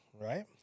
right